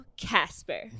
Casper